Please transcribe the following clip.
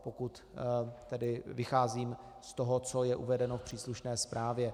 Pokud tedy vycházím z toho, co je uvedeno v příslušné zprávě.